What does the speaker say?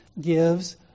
gives